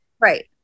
right